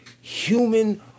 human